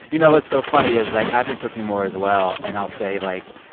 you know what's so funny is, like, i've been cooking more as well, and i'll say, like,